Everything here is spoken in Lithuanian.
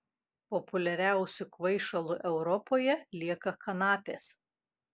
populiariausiu kvaišalu europoje lieka kanapės